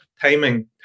Timing